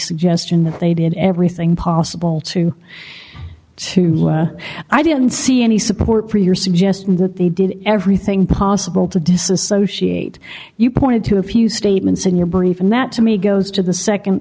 suggestion that they did everything possible to to last i didn't see any support for your suggestion that they did everything possible to disassociate you pointed to a few statements in your brief and that to me goes to the